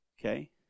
Okay